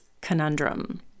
conundrum